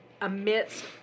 amidst